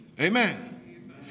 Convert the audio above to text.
Amen